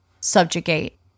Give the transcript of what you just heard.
subjugate